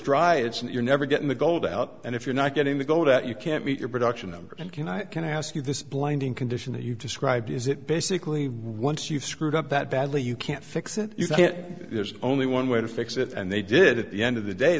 dry it's and you're never getting the gold out and if you're not getting the gold out you can't meet your production numbers and can i can ask you this blinding condition that you described is it basically once you've screwed up that badly you can't fix it you can't there's only one way to fix it and they did at the end of the day